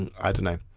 and i dunno.